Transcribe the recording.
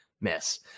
miss